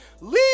leave